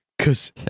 Cause